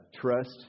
trust